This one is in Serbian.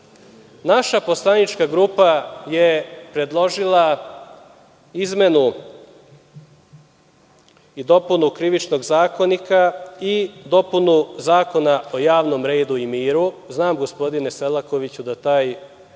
poslanička grupa je predložila izmenu i dopunu Krivičnog zakonika i dopunu Zakona o javnom redu i miru. Znam, gospodine Selakoviću, da taj zakon